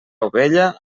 ovella